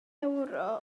ewro